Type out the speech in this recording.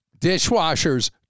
Dishwashers